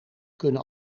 kunnen